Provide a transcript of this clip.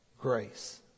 Grace